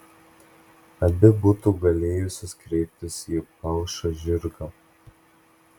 abi būtų galėjusios kreiptis į palšą žirgą